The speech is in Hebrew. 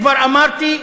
כבר אמרתי,